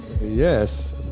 Yes